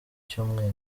cyumweru